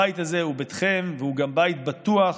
הבית הזה הוא ביתכם והוא גם בית בטוח,